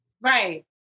Right